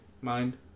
mind